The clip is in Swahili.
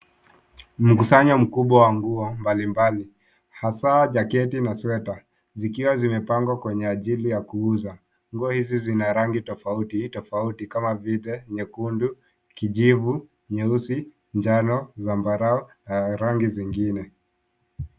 Mkusanyo mkubwa wa nguo mbalimbali, hasaa jaketi na sweta, zikiwa zimepangwa kwa minajili ya kuuza. Nguo hizi zina rangi tofautitofauti kama vile nyekundu, kijivu, nyeusi, njano zambarau na rangi zingine.